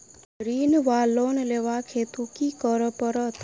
ऋण वा लोन लेबाक हेतु की करऽ पड़त?